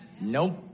Nope